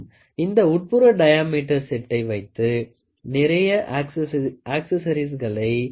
இந்த உட்புற டயாமீட்டர் செட்டை வைத்து நிறைய ஆக்சஸரீஸ்களை கூட்டி கொள்ளலாம்